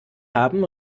haben